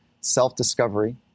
self-discovery